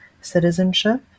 citizenship